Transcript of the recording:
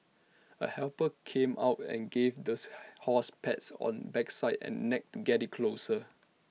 A helper came out and gave this horse pats on backside and neck get IT closer